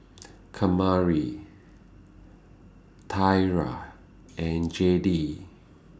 Kamari Thyra and Jayde